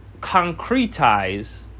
concretize